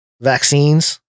vaccines